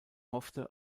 hoffte